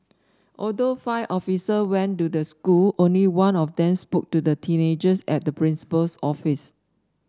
although five officer went to the school only one of them spoke to the teenagers at the principal's office